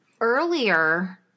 Earlier